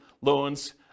loans